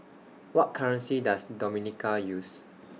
What currency Does Dominica use